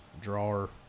drawer